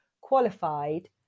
qualified